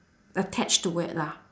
attached to it lah